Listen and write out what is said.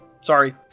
Sorry